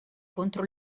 contro